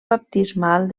baptismal